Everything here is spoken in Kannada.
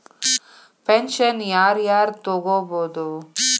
ಪೆನ್ಷನ್ ಯಾರ್ ಯಾರ್ ತೊಗೋಬೋದು?